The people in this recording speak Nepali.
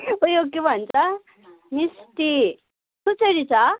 उयो के भन्छ मिष्टी कसरी छ